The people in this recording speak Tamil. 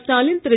ஸ்டாலின் திரு